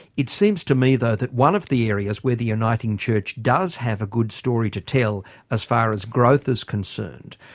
it seems to me though that one of the areas where the uniting church does have a good story to tell as far as growth is concerned,